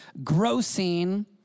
grossing